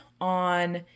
on